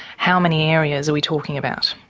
how many areas are we talking about?